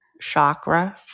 chakra